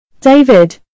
David